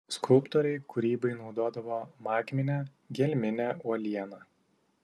skulptoriai kūrybai naudodavo magminę gelminę uolieną